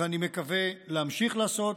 ואני מקווה להמשיך לעשות,